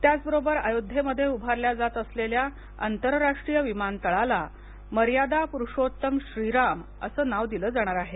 त्याचबरोबर अयोध्येमध्ये उभारल्या जात असलेल्या आंतर राष्ट्रीय विमानतळाला मर्यादा पुरूषोत्तम श्रीराम असं नाव दिलं जाणार आहे